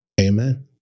Amen